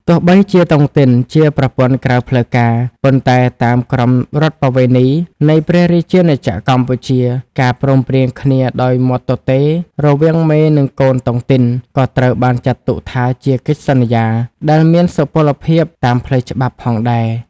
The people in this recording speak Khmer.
ទោះបីជាតុងទីនជាប្រព័ន្ធក្រៅផ្លូវការ ប៉ុន្តែតាមក្រមរដ្ឋប្បវេណីនៃព្រះរាជាណាចក្រកម្ពុជា ការព្រមព្រៀងគ្នាដោយមាត់ទទេរវាងមេ និងកូនតុងទីន ក៏ត្រូវបានចាត់ទុកថាជា "កិច្ចសន្យា" ដែលមានសុពលភាពតាមផ្លូវច្បាប់ផងដែរ។